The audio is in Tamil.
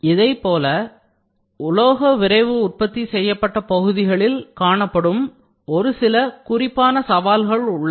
அதேபோல குறிப்பாக உலோக விரைவு உற்பத்தி செய்யப்பட்ட பகுதிகளில் காணப்படும் ஒரு சில சவால்கள் உள்ளன